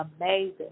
amazing